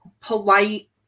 polite